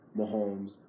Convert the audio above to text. Mahomes